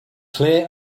clear